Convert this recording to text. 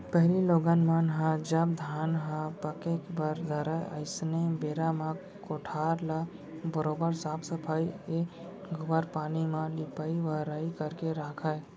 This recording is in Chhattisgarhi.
पहिली लोगन मन ह जब धान ह पाके बर धरय अइसनहे बेरा म कोठार ल बरोबर साफ सफई ए गोबर पानी म लिपाई बहराई करके राखयँ